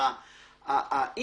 אם